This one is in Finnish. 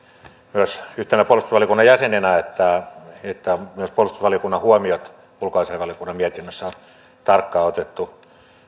myös yhtenä puolustusvaliokunnan jäsenenä että että myös puolustusvaliokunnan huomiot ulkoasiainvaliokunnan mietinnössä on tarkkaan otettu